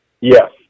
Yes